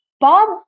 Bob